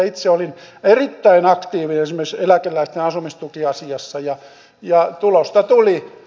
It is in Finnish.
itse olin erittäin aktiivinen esimerkiksi eläkeläisten asumistukiasiassa ja tulosta tuli